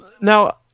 Now